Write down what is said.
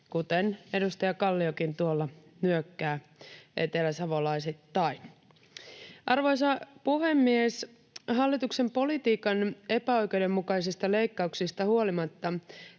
kuten edustaja Kalliokin tuolla nyökkää eteläsavolaisittain. Arvoisa puhemies! Hallituksen politiikan epäoikeudenmukaisista leikkauksista huolimatta